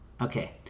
okay